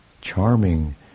charming